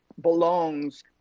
belongs